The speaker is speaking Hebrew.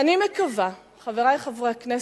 ואני מקווה, חברי חברי הכנסת,